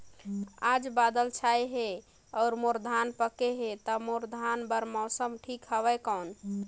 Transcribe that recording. आज बादल छाय हे अउर मोर धान पके हे ता मोर धान बार मौसम ठीक हवय कौन?